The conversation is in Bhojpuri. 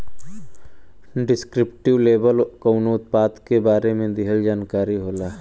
डिस्क्रिप्टिव लेबल कउनो उत्पाद के बारे में दिहल जानकारी होला